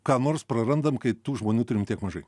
ką nors prarandam kai tų žmonių turim tiek mažai